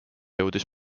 jõudis